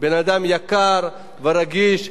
אדם יקר ורגיש,